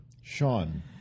Sean